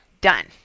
done